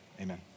amen